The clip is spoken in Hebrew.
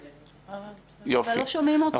יופי.